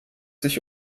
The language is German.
sich